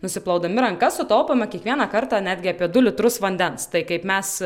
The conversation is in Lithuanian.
nusiplaudami rankas sutaupome kiekvieną kartą netgi apie du litrus vandens tai kaip mes